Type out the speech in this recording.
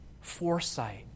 foresight